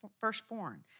firstborn